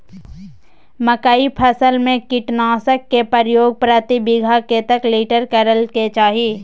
मकई फसल में कीटनासक के प्रयोग प्रति बीघा कतेक लीटर करय के चाही?